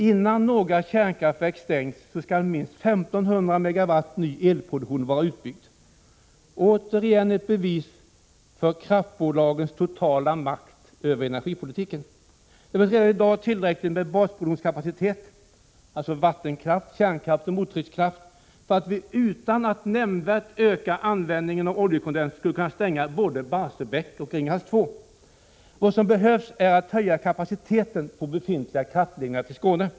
Innan några kärnkraftverk stängs, så skall minst 1500 MW ny elproduktion vara utbyggd.” Åter ett bevis för kraftbolagens totala makt över energipolitiken. Det finns redan i dag tillräcklig basproduktionskapacitet, alltså vattenkraft, kärnkraft och mottryckskraft, för att vi utan att nämnvärt öka användningen av oljekondens skulle kunna stänga både Barsebäck och Ringhals 2. Vad som behövs är en höjning av kapaciteten på befintliga kraftledningar till Skåne.